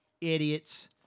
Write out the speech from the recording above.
idiots